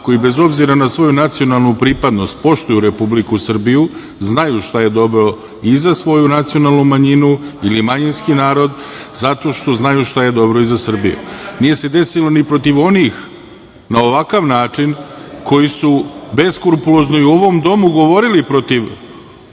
koji bez obzira na svoju nacionalnu pripadnost poštuju Republiku Srbiju, znaju šta je dobro i za svoju nacionalnu manjinu ili manjinski narod, zato što znaju šta je dobro i za Srbiju. Nije se desilo ni protiv onih na ovakav način koji su beskrupulozno i u ovom domu govorili protiv